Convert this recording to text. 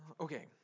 okay